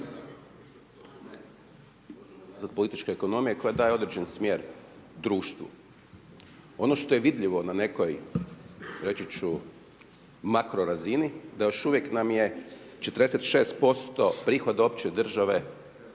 političke ekonomije koja daje određen smjer društvu. Ono što je vidljivo na nekoj, reći ću makro razini da još uvijek nam je 46% prihoda opće države